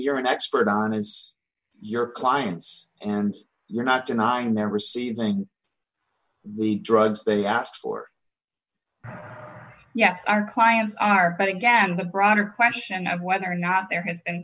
you're an expert on is your clients and you're not denying they're receiving the drugs they ask for yes our clients are but again the broader question of whether or not there has